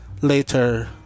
later